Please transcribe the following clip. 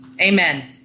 amen